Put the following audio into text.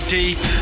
deep